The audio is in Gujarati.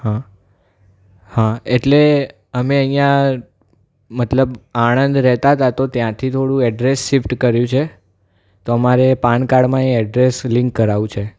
હા હા એટલે અમે અહીંયા મતલબ આણંદ રહેતા હતા તો ત્યાંથી થોડું એડ્રેસ શિફ્ટ કર્યું છે તો અમારે પાન કાર્ડમાં એડ્રેસ લિંક કરાવવું છે